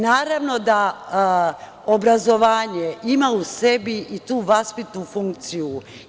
Naravno da obrazovanje ima u sebi i tu vaspitnu funkciju.